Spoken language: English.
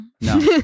No